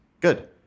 Good